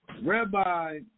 Rabbi